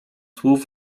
słów